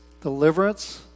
deliverance